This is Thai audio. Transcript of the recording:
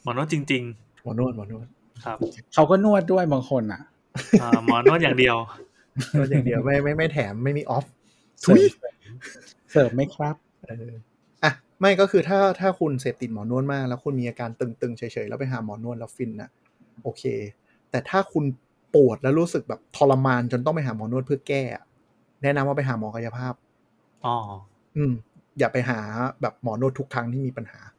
หมอนวดจริงๆหมอนวดหมอนวดครับเขาก็นวดด้วยบางคนน่ะอ่า หมอนวดอย่างเดียวหมอนวดอย่างเดียวไม่- ไม่- ไม่แถมไม่มี offเสริม-ทุยเสริมไม่ครับเอออ่ะ ไม่ก็คือถ้า- ถ้าคุณเสพติดหมอนวดมาก แล้วคุณมีอาการตึงๆเฉยๆ แล้วไปหาหมอนวดแล้วฟินน่ะ โอเค แต่ถ้าคุณปวดแล้วรู้สึกแบบทรมานจนต้องไปหาหมอนวดเพื่อแก้อะ แนะนำว่าไปหาหมอกายภาพอ๋ออืม อย่าไปหาแบบหมอนวดทุกครั้งที่มีปัญหา